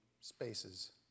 spaces